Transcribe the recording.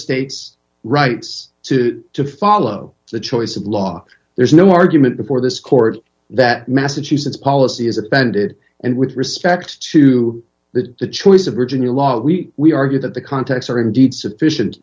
states rights to to follow the choice of law there's no argument before this court that massachusetts policy is offended and with respect to the choice of virginia law we argue that the contacts are indeed sufficient